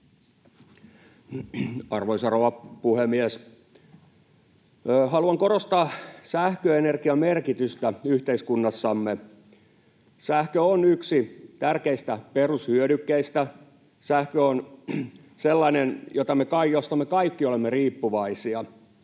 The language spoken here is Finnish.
Arvoisa rouva puhemies! Haluan korostaa sähköenergian merkitystä yhteiskunnassamme. Sähkö on yksi tärkeistä perushyödykkeistä. Sähkö on sellainen, josta me kaikki olemme riippuvaisia,